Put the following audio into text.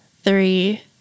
three